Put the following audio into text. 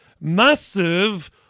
massive